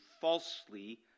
Falsely